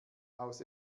aus